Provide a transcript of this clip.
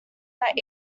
that